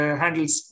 handles